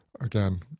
again